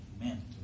Amen